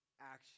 action